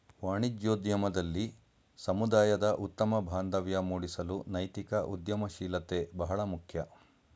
ವಾಣಿಜ್ಯೋದ್ಯಮದಲ್ಲಿ ಸಮುದಾಯದ ಉತ್ತಮ ಬಾಂಧವ್ಯ ಮೂಡಿಸಲು ನೈತಿಕ ಉದ್ಯಮಶೀಲತೆ ಬಹಳ ಮುಖ್ಯ